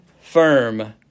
firm